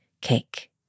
cake